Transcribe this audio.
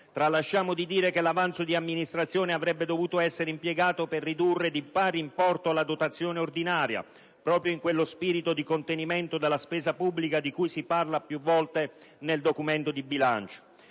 tralasciamo di dire che l'avanzo di amministrazione avrebbe dovuto essere impiegato per ridurre di pari importo la dotazione ordinaria, proprio in quello spirito di contenimento della spesa pubblica di cui si parla più volte nel documento di bilancio;